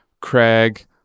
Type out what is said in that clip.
Craig